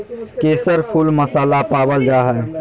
केसर फुल मसाला पावल जा हइ